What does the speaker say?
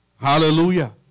Hallelujah